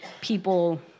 people